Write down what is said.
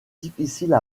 difficiles